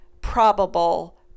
probable